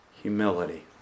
humility